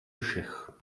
všech